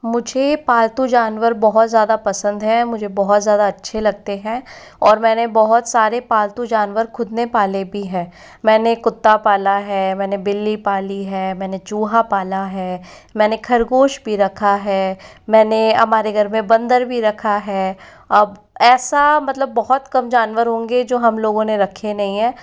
मुझे पालतू जानवर बहुत ज़्यादा पसंद है मुझे बहुत ज़्यादा अच्छे लगते है और मैंने बहुत सारे पालतू जानवर खुद ने पाले भी है मैंने कुत्ता पाला है मैंने बिल्ली पाली है मैंने चूहा पाला है मैंने खरगोश भी रखा है मैंने हमारे घर में बंदर भी रखा है अब ऐसा मतलब बहुत कम जानवर होंगे जो हम लोगों ने रखें नहीं है